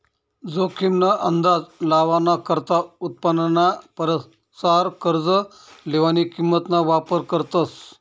जोखीम ना अंदाज लावाना करता उत्पन्नाना परसार कर्ज लेवानी किंमत ना वापर करतस